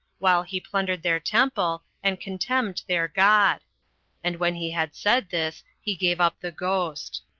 while he plundered their temple, and contemned their god and when he had said this, he gave up the ghost.